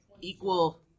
equal